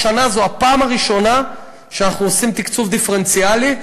והשנה זאת הפעם הראשונה שאנחנו עושים תקצוב דיפרנציאלי,